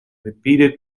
repeated